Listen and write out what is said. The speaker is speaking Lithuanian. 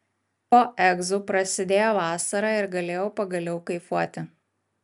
po egzų prasidėjo vasara ir galėjau pagaliau kaifuoti